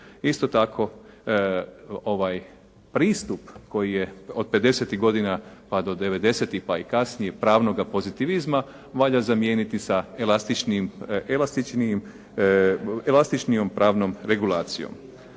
Isto tako, ovaj pristup koji je od pedesetih godina, pa do devedesetih, pa i kasnije pravnoga pozitivizma valja zamijeniti sa elastičnijom pravnom regulacijom.